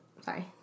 Sorry